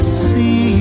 see